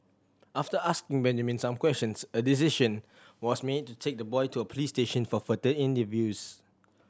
after asking Benjamin some questions a decision was made to take the boy to a police station for further interviews